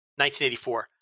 1984